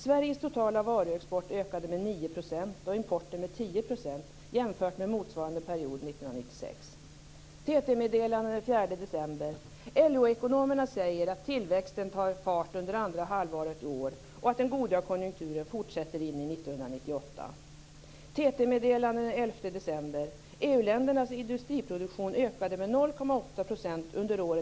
Sveriges totala varuexport ökade med 9 % och importen med 10 % jämfört med motsvarande period TT-meddelande den 4 december: LO-ekonomerna säger att tillväxten tagit fart under andra halvåret i år och att den goda konjunkturen fortsätter in i 1998.